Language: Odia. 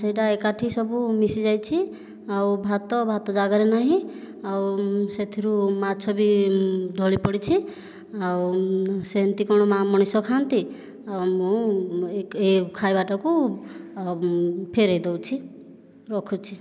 ସେଇଟା ଏକାଠି ସବୁ ମିଶି ଯାଇଛି ଆଉ ଭାତ ଭାତ ଜାଗାରେ ନାହିଁ ଆଉ ସେଥିରୁ ମାଛ ବି ଢଳି ପଡ଼ିଛି ଆଉ ସେମିତି କଣ ମା ମଣିଷ ଖାଆନ୍ତି ଆଉ ମୁଁ ଏ ଖାଇବାଟାକୁ ଫେରେଇ ଦେଉଛି ରଖୁଛି